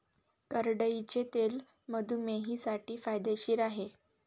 करडईचे तेल मधुमेहींसाठी फायदेशीर आहे